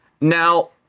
Now